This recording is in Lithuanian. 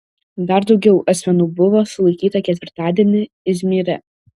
dar daugiau asmenų buvo sulaikyta ketvirtadienį izmyre